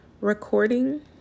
recording